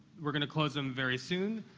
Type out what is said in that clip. we're gonna close them very soon.